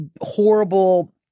horrible